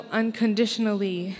unconditionally